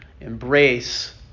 Embrace